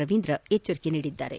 ರವೀಂದ್ರ ಎಚ್ಚರಿಕೆ ನೀಡಿದ್ದಾರೆ